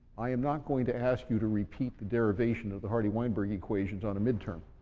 i am not going to ask you to repeat the derivation of the hardy-weinberg equations on a mid-term.